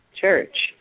church